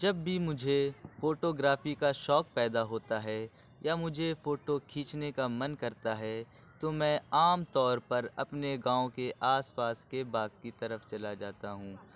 جب بھی مجھے فوٹو گرافی کا شوق پیدا ہوتا ہے یا مجھے فوٹو کھنیچنے کا من کرتا ہے تو میں عام طور پر اپنے گاؤں کے آس پاس کے باغ کی طرف چلا جاتا ہوں